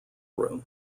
room